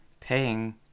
paying